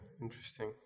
interesting